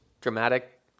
dramatic